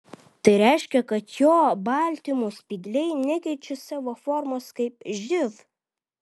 tai reiškia kad jo baltymų spygliai nekeičia savo formos kaip živ